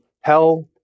hell